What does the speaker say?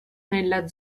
nella